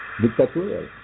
dictatorial